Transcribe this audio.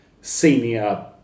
senior